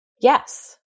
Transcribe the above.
Yes